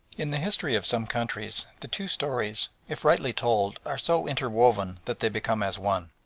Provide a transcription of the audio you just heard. in the history of some countries the two stories, if rightly told, are so interwoven that they become as one,